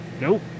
Nope